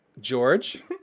George